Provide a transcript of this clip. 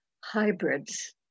hybrids